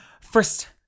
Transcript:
First